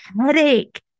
headache